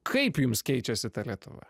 kaip jums keičiasi ta lietuva